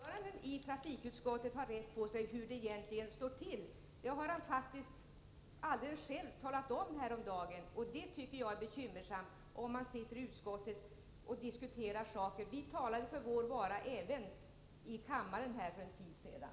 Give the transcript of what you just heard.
Fru talman! Jo det är det. Inte ens trafikutskottets ordförande vet ju hur det egentligen står till. Det talade han faktiskt själv om häromdagen. Det tycker jag är bekymmersamt med tanke på att man sitter i utskottet och diskuterar sådana här frågor. Dessutom talade vi för vår vara här i kammaren för en tid sedan.